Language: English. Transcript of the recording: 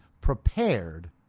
prepared